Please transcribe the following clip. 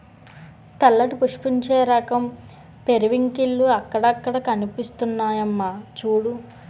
తెల్లటి పుష్పించే రకం పెరివింకిల్లు అక్కడక్కడా కనిపిస్తున్నాయమ్మా చూడూ